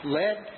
led